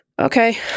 Okay